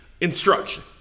instruction